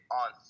on